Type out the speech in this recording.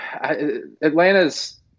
Atlanta's